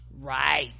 right